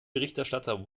berichterstatter